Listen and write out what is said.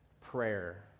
prayer